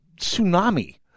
tsunami